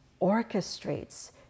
orchestrates